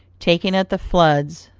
taken at the flood,